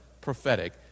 prophetic